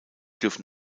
dürfen